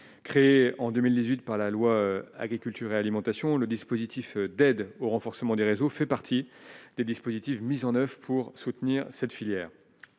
créée en 2018 par la loi, agriculture et alimentation, le dispositif d'aide au renforcement des réseaux fait partie des dispositifs mis en 9 pour soutenir cette filière,